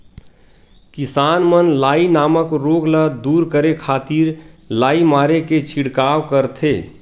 किसान मन लाई नामक रोग ल दूर करे खातिर लाई मारे के छिड़काव करथे